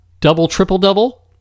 double-triple-double